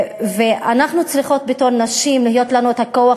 ואנחנו צריכות בתור נשים שיהיו לנו הכוח